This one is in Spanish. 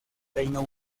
reino